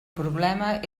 problema